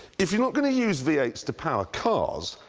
if you're not gonna use v eight s to power cars,